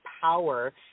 power